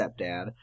stepdad